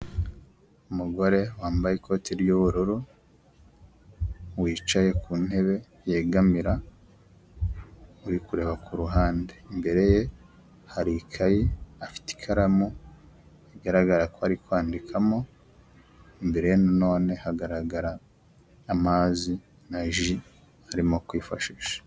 Umugore wambaye ikoti ry'ubururu, wicaye ku ntebe yegamira uri kureba ku ruhande, imbere ye hari ikayi afite ikaramu bigaragara ko ari kwandikamo, imbere ye nanone hagaragara amazi na ji arimo kwifashisha.